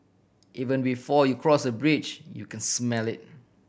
even before you cross the bridge you can smell it